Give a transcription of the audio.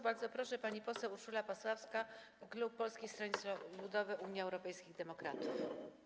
Bardzo proszę, pani poseł Urszula Pasławska, klub Polskiego Stronnictwa Ludowego - Unii Europejskich Demokratów.